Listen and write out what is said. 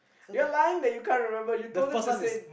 you are lying but you can't remember you told him to say